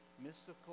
mystical